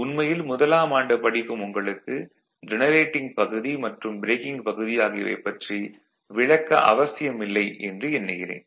உண்மையில் முதலாம் ஆண்டு படிக்கும் உங்களுக்கு ஜெனரேட்டிங் பகுதி மற்றும் ப்ரேக்கிங் பகுதி ஆகியவைப் பற்றி விளக்க அவசியமில்லை என்று எண்ணுகிறேன்